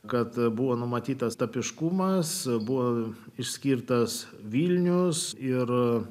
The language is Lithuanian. kad buvo numatytas tapybiškumas buvo išskirtas vilnius ir